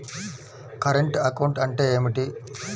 Current account అంటే ఏమిటి?